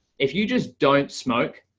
if you just don't smoke,